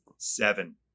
Seven